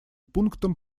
пунктам